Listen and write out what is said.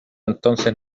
entonces